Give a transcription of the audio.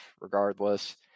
regardless